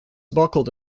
buckled